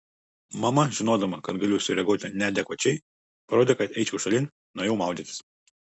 mama žinodama kad galiu sureaguoti neadekvačiai parodė kad eičiau šalin nuėjau maudytis